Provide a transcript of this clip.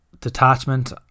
detachment